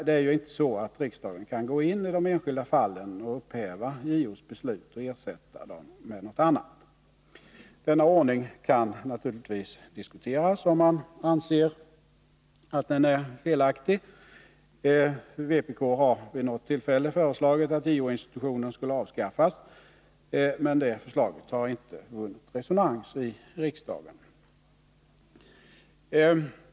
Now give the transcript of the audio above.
Men riksdagen kan inte gå in i de enskilda fallen och upphäva JO:s beslut och ersätta dem med något annat. Denna ordning kan naturligtvis diskuteras, om man anser att den är felaktig. Vpk har vid något tillfälle föreslagit att JO-institutionen skulle avskaffas, men det förslaget har inte vunnit resonans i riksdagen.